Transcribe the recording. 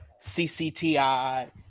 CCTI